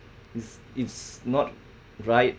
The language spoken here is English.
it's it's not right